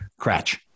Cratch